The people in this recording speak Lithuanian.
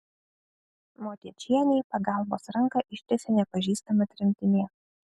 motiečienei pagalbos ranką ištiesė nepažįstama tremtinė